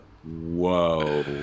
Whoa